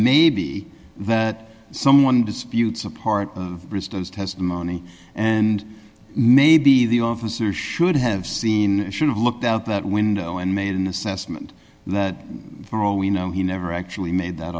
maybe that someone disputes a part of bristol's testimony and maybe the officer should have seen should have looked out that window and made an assessment that for all we know he never actually made that